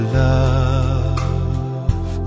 love